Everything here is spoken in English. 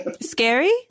Scary